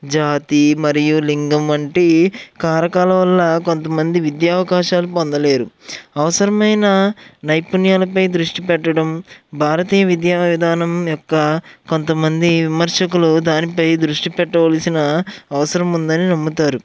జాతి మరియు లింగం వంటి కారకాల వల్ల కొంతమంది విద్యావకాశాలు పొందలేరు అవసరమైన నైపుణ్యాలపై దృష్టి పెట్టడం భారతీయ విద్యా విధానం యొక్క కొంతమంది విమర్శకులు దానిపై దృష్టి పెట్టవల్సిన అవసరం ఉందని నమ్ముతారు